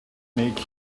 make